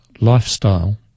lifestyle